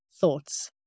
thoughts